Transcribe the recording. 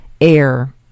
air